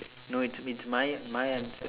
no it's it's my my answer